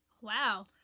Wow